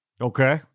Okay